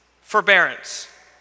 forbearance